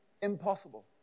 impossible